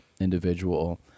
individual